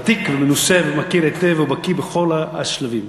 אתה ותיק ומנוסה ומכיר היטב ובקי בכל השלבים,